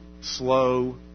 slow